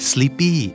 Sleepy